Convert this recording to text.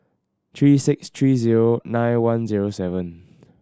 three six three zero nine one zero seven